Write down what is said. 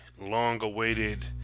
long-awaited